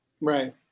Right